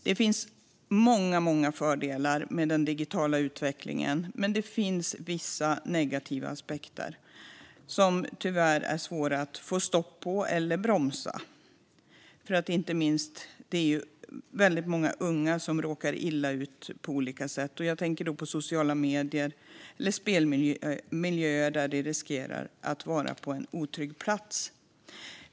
Det finns många fördelar med den digitala utvecklingen, men det finns också vissa negativa aspekter som tyvärr är svåra att stoppa eller bromsa. Inte minst är det väldigt många unga som råkar illa ut på olika sätt. Jag tänker då på när sociala medier eller spelmiljöer för en del riskerar att vara en otrygg plats.